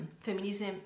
feminism